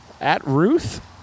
At-ruth